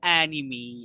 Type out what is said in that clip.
anime